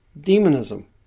demonism